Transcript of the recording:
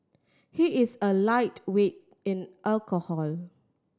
he is a lightweight in alcohol